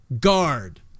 guard